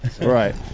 Right